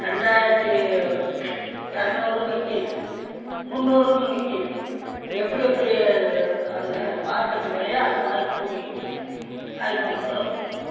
ரெண்டாயிரத்தி இரநூறும் விக்கும் முந்நூறுன்னும் விக்கும் எப்படி எப்படி அங்கே மார்கெட்டு விலையோ அது மாதிரி கூடி வித்துட்டு போகும் ஐந்நூறுன்னு கூட விக்கும்